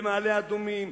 במעלה-אדומים,